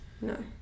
No